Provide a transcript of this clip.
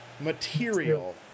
material